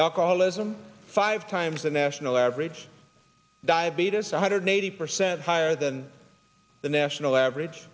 alcoholism five times the national average diabetes one hundred eighty percent higher than the national average